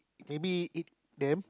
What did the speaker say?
maybe eat them